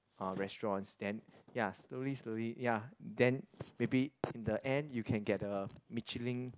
or restaurants then ya slowly slowly ya then maybe in the end you can get a Michelin